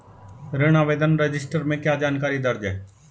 ऋण आवेदन रजिस्टर में क्या जानकारी दर्ज है?